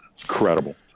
Incredible